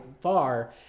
far